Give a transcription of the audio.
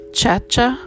Chacha